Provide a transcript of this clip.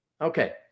Okay